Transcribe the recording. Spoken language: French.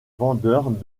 vendeurs